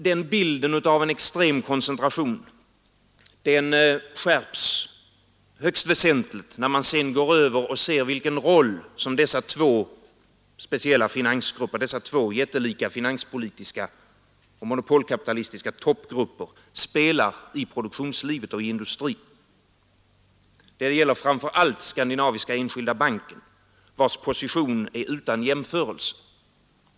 Den bilden av en extrem koncentration skärps högst väsentligt när man går över till att se på vilken roll dessa två speciella finansgrupper, dessa två jättelika finanspolitiska och monopolkapitalistiska toppgrupper, spelar i produktionslivet och i industrin. Det gäller framför allt Skandinaviska enskilda banken, vars position är utan jämförelse.